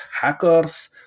hackers